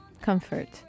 comfort